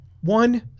One